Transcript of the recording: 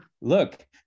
look